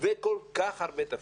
וכל כך הרבה תפקידים...